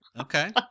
Okay